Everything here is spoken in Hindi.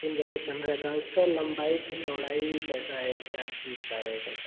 तीन बटे पंद्रह का है उसका लम्बाई से चौड़ाई कैसा है क्या चीज का है कैसा